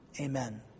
amen